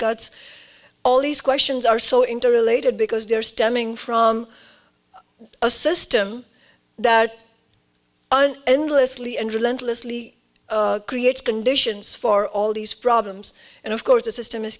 cuts all these questions are so interrelated because they're stemming from a system that an endlessly and relentlessly creates conditions for all these problems and of course the system is